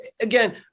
again